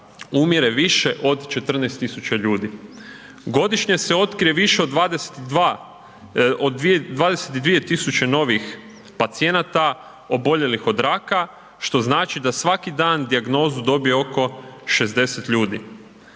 umire više od 14 000 ljudi, godišnje se otkrije više od 22, od 22 000 novih pacijenata oboljelih od raka, što znači da svaki dan dijagnozu dobije oko 60 ljudi.